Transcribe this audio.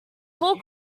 full